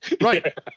Right